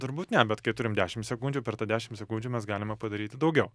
turbūt ne bet kai turim dešim sekundžių per tą dešim sekundžių mes galima padaryti daugiau